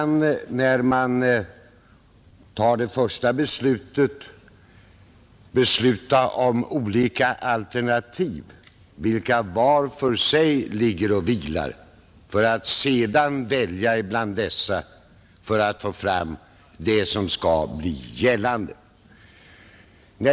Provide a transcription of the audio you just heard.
När man fattar der första beslutet kan man fastställa olika alternativ, vilka var för sig vilar, för att sedan välja bland dessa för att få fram det som skall bli gällande.